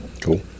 cool